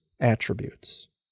attributes